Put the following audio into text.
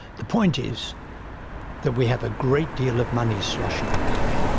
the point is that we have a great deal of money sloshing about.